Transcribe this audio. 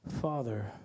father